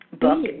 book